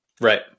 Right